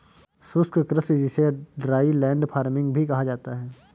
शुष्क कृषि जिसे ड्राईलैंड फार्मिंग भी कहा जाता है